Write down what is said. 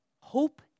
Hope